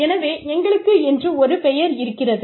எனவே எங்களுக்கு என்று ஒரு பெயர் இருக்கிறது